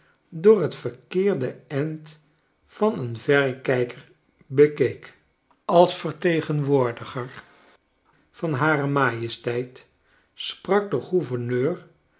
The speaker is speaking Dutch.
door t verkeerde end van een verrekijker bekeek als vertegenwoordiger van hare majesteit sprak de gouverneur